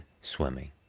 swimming